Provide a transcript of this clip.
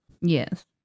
Yes